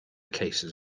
cases